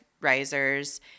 risers